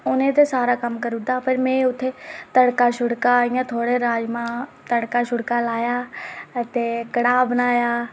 उ'नें ते सारा कम्म करी ओड़दा हा पर में उत्थै तड़का इ'यां थोह्ड़े राजमांह् तड़का लाया ते कड़ाह् बनाया